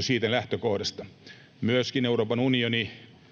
siitä lähtökohdasta arvoyhteisö. Myöskin Euroopan unioni